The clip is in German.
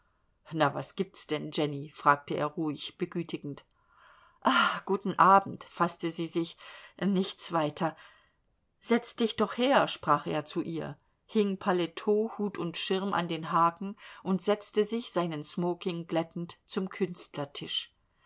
na was gibt es denn jenny fragte er ruhig begütigend ah guten abend faßte sie sich nichts weiter setz dich doch her sprach er ihr zu hing paletot hut und schirm an den haken und setzte sich seinen smoking glättend zum künstlertisch